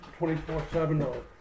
24/7